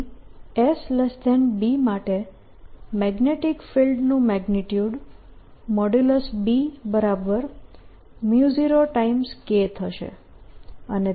તેથી Sb માટે magnetic ફિલ્ડનું મેગ્નીટ્યુડ |B|0K થશે